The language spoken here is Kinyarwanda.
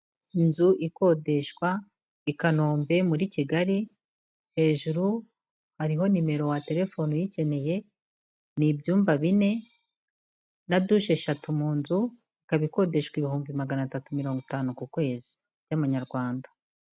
Inzu ikodeshwa i kanombe muri Kigali, hejuru hariho nimero waterefona uyikeneye, ni ibyumba bine na dushe eshatu mu nzu, ikaba ikodeshwa ibihumbi magana atatu mirongo itanu ku kwezi y'amanyarwanda.